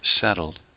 settled